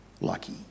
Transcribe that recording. Lucky